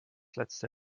letzte